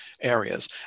areas